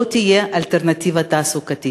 לא תהיה אלטרנטיבה תעסוקתית,